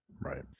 Right